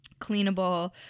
cleanable